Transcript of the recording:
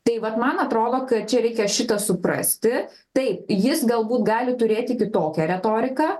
tai vat man atrodo kad čia reikia šitą suprasti taip jis galbūt gali turėti kitokią retoriką